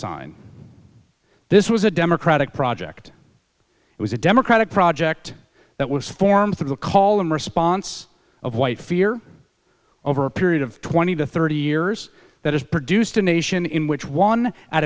sign this was a democratic project it was a democratic project that was formed through the call and response of white fear over a period of twenty to thirty years that has produced a nation in which one out